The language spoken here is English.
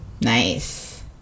Nice